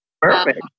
Perfect